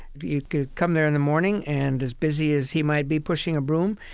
you'd come there in the morning and, as busy as he might be pushing a broom,